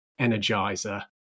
Energizer